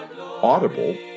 Audible